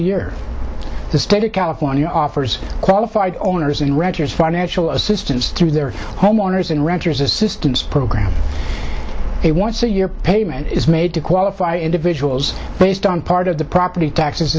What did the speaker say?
a year the state of california offers qualified owners and renters financial assistance through their homeowners and renters assistance program they want so your payment is made to qualify individuals based on part of the property taxes